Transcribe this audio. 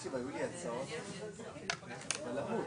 אם אפשר, אדוני יושב הראש.